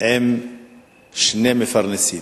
הם שני מפרנסים.